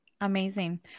amazing